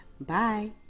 Bye